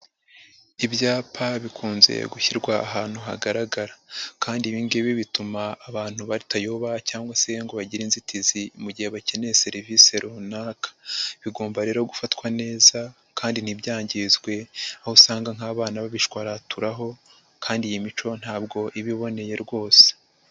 Ibyapa bikunze gushyirwa ahantu hagaragara, kandi ibingibi bituma abantu batayoba cyangwa se ngo bagire inzitizi mu gihe bakeneye serivisi runaka, bigomba rero gufatwa neza kandi ntibyangizwe aho usanga nk'abana babishwaraturaho kandi iyi mico ntabwo iba iboneye rwose.